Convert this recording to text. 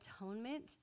atonement